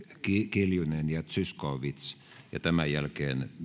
kiljunen ja zyskowicz ja tämän jälkeen